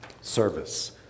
Service